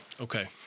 Okay